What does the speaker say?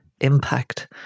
impact